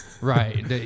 Right